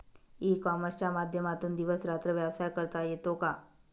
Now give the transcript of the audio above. E कॉमर्सच्या माध्यमातून दिवस रात्र व्यवसाय करता येतो का?